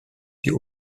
die